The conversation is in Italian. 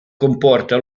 comporta